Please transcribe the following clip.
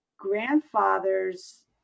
grandfather's